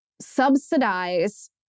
subsidize